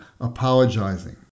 apologizing